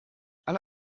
alle